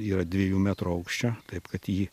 yra dviejų metrų aukščio taip kad jį